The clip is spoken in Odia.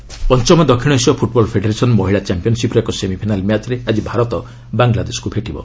ସାଫ୍ ଫୁଟ୍ବଲ୍ ପଞ୍ଚମ ଦକ୍ଷିଣ ଏସୀୟ ଫୂଟ୍ବଲ୍ ଫେଡେରେସନ୍ ମହିଳା ଚାମ୍ପିୟନ୍ସିପ୍ର ଏକ ସେମିଫାଇନାଲ୍ ମ୍ୟାଚ୍ରେ ଆକି ଭାରତ ବାଂଲାଦେଶକୁ ଭେଟିବ